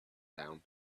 down